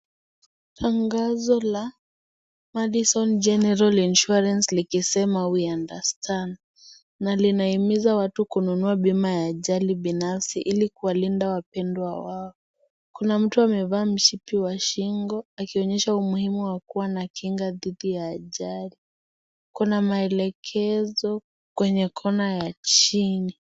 Tangazo la Madison General Insurance likisema (CS)we understand(CS )na linahimiza watu kununua bima ya ajali binafsi ili kulinda wapendwa wao. Kuna mtu amevaa mshipi wa shingo akionyesha umuhimu wa kuwa na kinga dhidi ya ajali . Kuna maelekezo kwenye Kona ya chini.